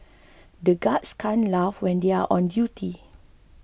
the guards can't laugh when they are on duty